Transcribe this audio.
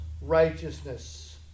righteousness